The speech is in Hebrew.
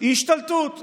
היא השתלטות.